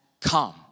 come